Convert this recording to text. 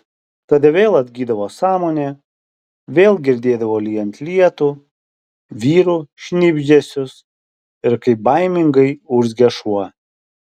tada vėl atgydavo sąmonė vėl girdėdavo lyjant lietų vyrų šnibždesius ir kaip baimingai urzgia šuo